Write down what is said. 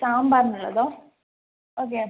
സാമ്പാറിനുള്ളതോ അതെയാ